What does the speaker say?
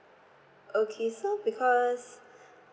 okay so because